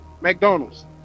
McDonald's